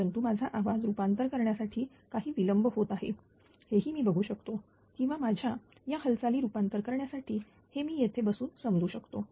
परंतु माझा आवाज रूपांतर करण्यासाठी काही विलंब होत आहे हेही मी बघु शकतो किंवा माझ्या या हालचाली रूपांतर करण्यासाठी हे मी येथे बसून समजू शकतो